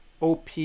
op